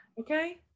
Okay